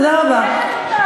תודה רבה.